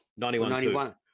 91